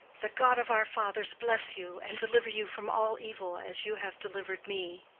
the god of our fathers bless you and deliver you from all evil as you have delivered me.